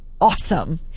awesome